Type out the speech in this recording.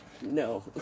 no